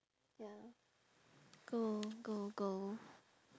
ya go go go